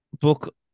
book